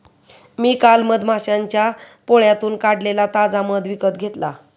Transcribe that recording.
मी काल मधमाश्यांच्या पोळ्यातून काढलेला ताजा मध विकत घेतला